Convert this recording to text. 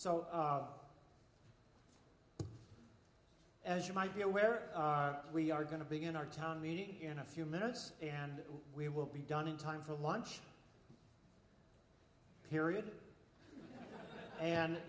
so as you might be aware are we are going to begin our town meeting in a few minutes and we will be done in time for lunch period and